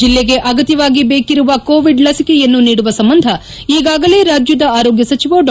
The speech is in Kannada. ಜಿಲ್ಲೆಗೆ ಅಗತ್ತವಾಗಿ ಬೇಕಿರುವ ಕೋವಿಡ್ ಲಸಿಕೆಯನ್ನು ನೀಡುವ ಸಂಬಂಧ ಈಗಾಗಲೇ ರಾಜ್ಯದ ಆರೋಗ್ನ ಸಚಿವ ಡಾ